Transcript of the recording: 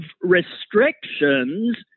restrictions